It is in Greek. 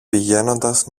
πηγαίνοντας